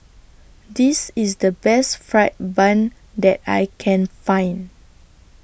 This IS The Best Fried Bun that I Can Find